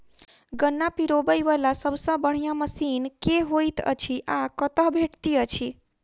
गन्ना पिरोबै वला सबसँ बढ़िया मशीन केँ होइत अछि आ कतह भेटति अछि?